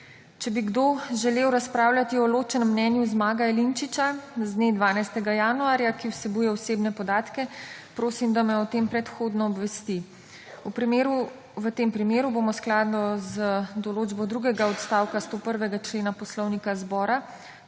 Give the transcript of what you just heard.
Če bi kdo želel razpravljati o ločenem mnenju Zmaga Jelinčiča z dne 12. januarja, ki vsebuje osebne podatke, prosim, da me o tem predhodno obvesti. V tem primeru bomo skladno z določbo 2. odstavka 101. člena Poslovnika